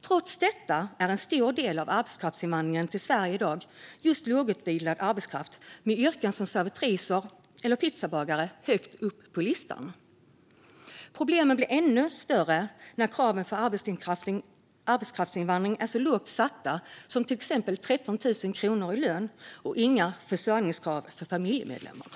Trots detta är en stor del av arbetskraftsinvandringen till Sverige i dag just lågutbildad arbetskraft i yrken som servitris eller pizzabagare, som står högt upp på listan. Problemen blir ännu större när kraven för arbetskraftsinvandringen är så lågt satta, till exempel 13 000 kronor i lön och inga försörjningskrav för familjemedlemmar.